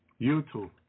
YouTube